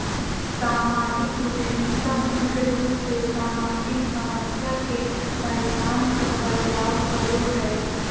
सामाजिक उद्यमिता मुख्य रूप से सामाजिक समस्या के पहचान कर बदलाव करो हय